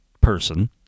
person